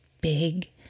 big